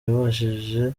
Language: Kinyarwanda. yabashije